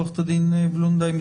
עורכת הדין בלונדהיים,